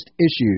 issues